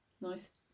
Nice